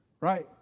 right